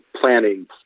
planning